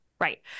Right